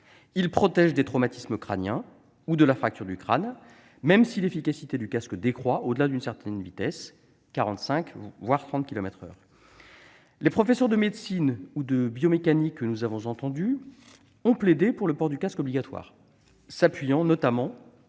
protège des traumatismes crâniens ou de la fracture du crâne, même si son efficacité décroît au-delà d'une certaine vitesse, à 45 kilomètres par heure, voire à 30 kilomètres par heure. Les professeurs de médecine ou de biomécanique que nous avons entendus ont plaidé pour le port du casque obligatoire, s'appuyant notamment